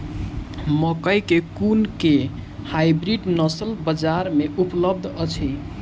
मकई केँ कुन केँ हाइब्रिड नस्ल बजार मे उपलब्ध अछि?